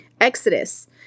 Exodus